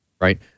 right